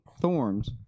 thorns